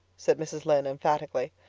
said mrs. lynde emphatically.